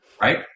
Right